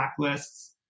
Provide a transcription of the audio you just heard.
blacklists